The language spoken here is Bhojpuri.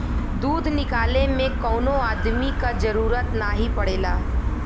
दूध निकाले में कौनो अदमी क जरूरत नाही पड़ेला